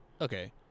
okay